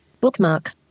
Bookmark